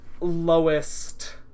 Lowest